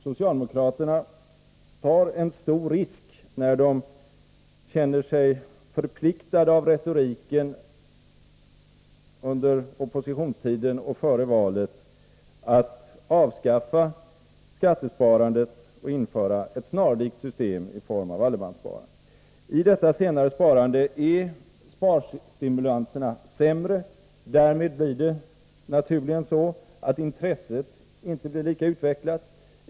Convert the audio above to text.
Socialdemokraterna tar en stor risk när de känner sig förpliktade av retoriken under oppositionstiden och före valet att avskaffa skattesparandet och införa ett snarlikt system i form av allemanssparande. I detta senare sparande är sparstimulanserna sämre. Därmed blir det naturligen så, att intresset inte blir lika utvecklat.